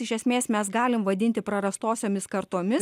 iš esmės mes galim vadinti prarastosiomis kartomis